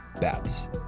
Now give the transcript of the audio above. Bats